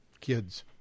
kids